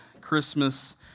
Christmas